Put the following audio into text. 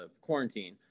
quarantine